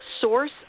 source